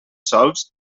sols